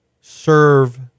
serve